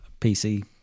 PC